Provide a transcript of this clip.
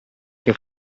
che